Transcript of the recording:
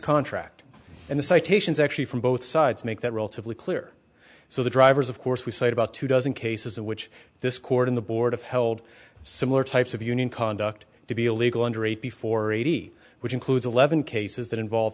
contract and the citations actually from both sides make that relatively clear so the drivers of course we cite about two dozen cases of which this court in the board of held similar types of union conduct to be illegal under eight before eighty which includes eleven cases that involve